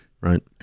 right